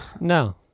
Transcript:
No